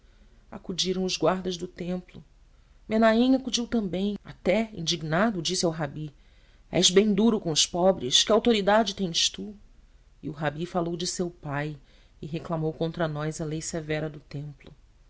acudiram os guardas do templo menahem acudiu também até indignado disse ao rabi és bem duro com os pobres que autoridade tens tu e o rabi falou de seu pai e reclamou contra nós a lei severa do templo